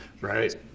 Right